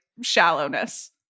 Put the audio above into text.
shallowness